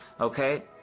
Okay